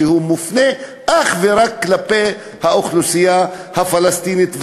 שמופנה אך ורק כלפי האוכלוסייה הפלסטינית,